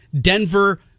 Denver